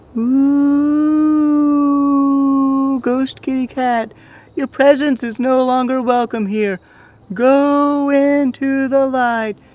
oooooooooo. ghost kitty cat your presence is no longer welcome here go into the light.